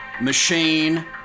machine